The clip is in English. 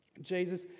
Jesus